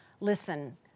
Listen